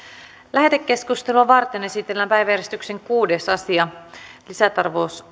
lähetekeskustelua varten esitellään päiväjärjestyksen kuudes asia